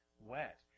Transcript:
wet